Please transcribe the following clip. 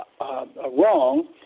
wrong